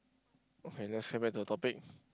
okay let's get back to the topic